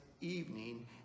evening